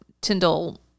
Tyndall